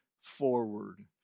forward